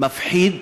מפחיד,